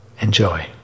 enjoy